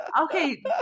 Okay